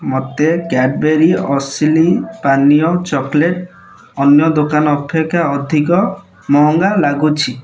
ମୋତେ କ୍ୟାଡ଼୍ବରି ଅସଲି ପାନୀୟ ଚକୋଲେଟ୍ ଅନ୍ୟ ଦୋକାନ ଅପେକ୍ଷା ଅଧିକ ମହଙ୍ଗା ଲାଗୁଛି